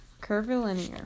Curvilinear